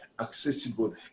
accessible